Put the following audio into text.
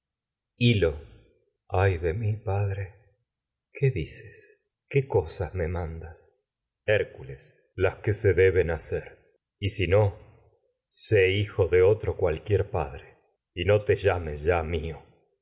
hil lo ay de mi padre qué dices qué cosas me mandas hércules de las que se y deben hacer no y si no sé hijo otro cualquier padre te llames ya mío